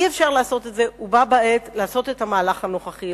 אי-אפשר לעשות את זה ובה בעת לעשות את המהלך הנוכחי.